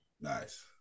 nice